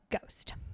ghost